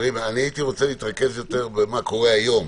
הייתי רוצה להתרכז במה קורה היום.